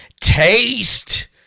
taste